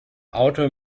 auto